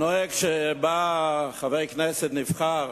הנוהג הוא שכשבא חבר כנסת נבחר